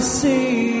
see